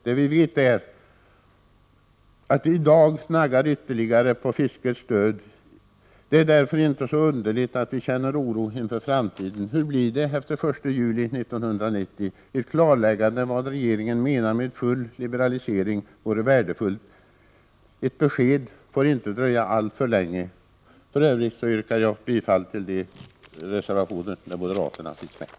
Det som vi vet är att man i dag naggar ytterligare på fiskets stöd. Det är därför inte så underligt att vi känner oro för framtiden. Hur blir det efter den 1 juli 1990? Ett klarläggande av vad regeringen menar med full liberalisering vore värdefullt. Ett besked får inte dröja alltför länge. Jag yrkar bifall också till de reservationer i övrigt som avgivits av moderata ledamöter.